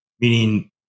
meaning